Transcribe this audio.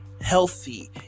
healthy